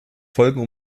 folgen